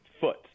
foot